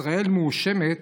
ישראל מואשמת